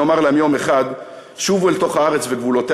שנאמר להם יום אחד: שובו אל תוך הארץ וגבולותיה